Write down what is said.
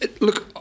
Look